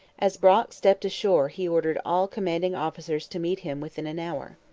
as brock stepped ashore he ordered all commanding officers to meet him within an hour.